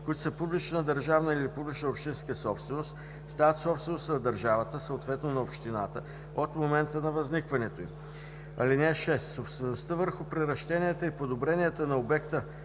които са публична държавна или публична общинска собственост, стават собственост на държавата, съответно на общината, от момента на възникването им. (6) Собствеността върху приращенията и подобренията на обект